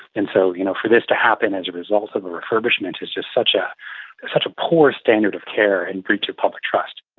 and so you know for this to happen as a result of the refurbishment is such ah such a poor standard of care and breach of public trust.